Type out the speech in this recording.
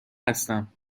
هستم